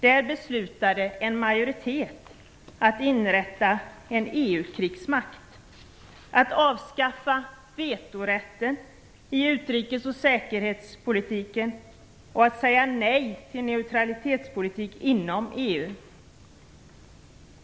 Där beslutade en majoritet att inrätta en EU-krigsmakt, att avskaffa vetorätten i utrikes och säkerhetspolitiken och att säga nej till neutralitetspolitik inom EU.